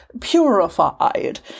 purified